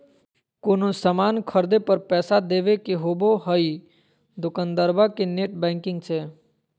कोनो सामान खर्दे पर पैसा देबे के होबो हइ दोकंदारबा के नेट बैंकिंग से